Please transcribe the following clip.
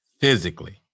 physically